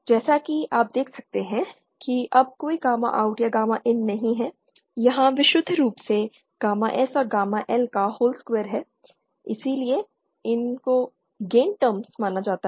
जैसा कि आप देख सकते हैं कि अब कोई गामा OUT या गामा IN नहीं है यहाँ विशुद्ध रूप से गामा S और गामा L का होल स्क्वायर है और इसलिए इनको गेन टर्म माना जा सकता है